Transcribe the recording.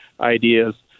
ideas